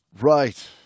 Right